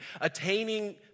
attaining